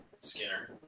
Skinner